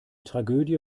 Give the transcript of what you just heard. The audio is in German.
tragödie